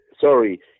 sorry